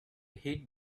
hate